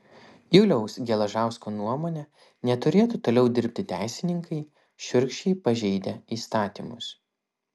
juliaus geležausko nuomone neturėtų toliau dirbti teisininkai šiurkščiai pažeidę įstatymus